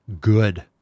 Good